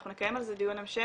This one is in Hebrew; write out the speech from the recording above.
אנחנו נקיים על זה דיון המשך.